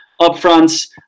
upfronts